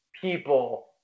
people